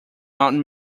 mount